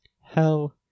Hell